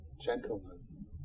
gentleness